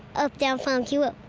uptown funk you up.